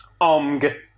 omg